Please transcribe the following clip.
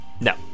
no